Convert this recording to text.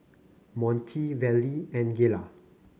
Monty Vallie and Gayla